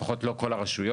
לפחות לא כל הרשויות.